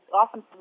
Often